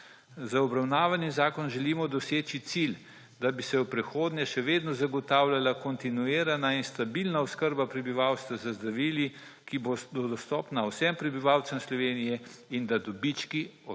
Z obravnavanim zakonom želimo doseči cilj, da bi se v prihodnje še vedno zagotavljala kontinuirana in stabilna oskrba prebivalstva z zdravili, ki bodo dostopna vsem prebivalcem Slovenije, in da dobički ostajajo